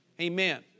Amen